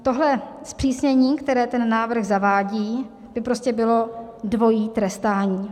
Tohle zpřísnění, které ten návrh zavádí, by prostě bylo dvojí trestání.